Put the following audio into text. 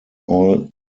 all